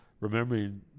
Remembering